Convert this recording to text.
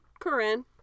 Corinne